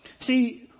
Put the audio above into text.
See